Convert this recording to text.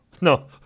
No